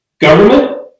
Government